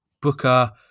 Booker